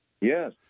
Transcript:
Yes